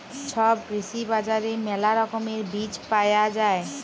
ছব কৃষি বাজারে মেলা রকমের বীজ পায়া যাই